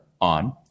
on